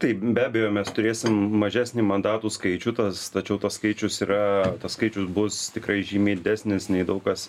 taip be abejo mes turėsim mažesnį mandatų skaičių tos tačiau tas skaičius yra tas skaičius bus tikrai žymiai didesnis nei daug kas